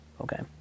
Okay